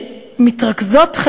שמתרכזות,